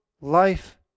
life